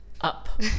up